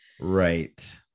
Right